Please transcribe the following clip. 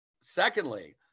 Secondly